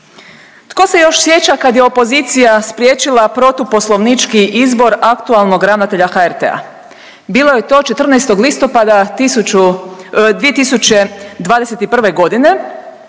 Tko se još sjeća kad je opozicija spriječila protuposlovnički izbor aktualnog ravnatelja HRT-a, bilo je to 14. listopada 2021.g.